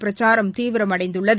பிரச்சாரம் தீவிரமடைந்துள்ளது